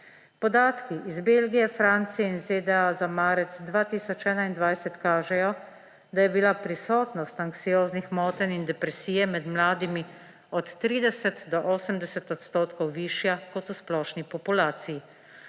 Podatki iz Belgije, Francije in ZDA za marec 2021 kažejo, da je bila prisotnost anksioznih motenj in depresije med mladimi od 30 do 80 odstotkov višja kot v splošni populaciji.